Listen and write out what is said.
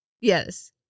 yes